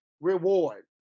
reward